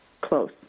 close